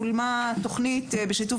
בנובמבר אשתקד צולמה תוכנית בשיתוף